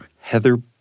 Heather